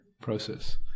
process